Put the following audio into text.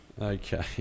Okay